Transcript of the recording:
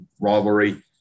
rivalry